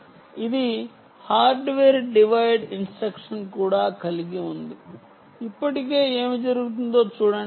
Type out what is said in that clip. ఇది hardware divide instruction కూడా కలిగి ఉంది ఇప్పటికే ఏమి జరుగుతుందో చూడండి